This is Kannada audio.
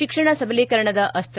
ಶಿಕ್ಷಣ ಸಬಲೀಕರಣದ ಅಸ್ತ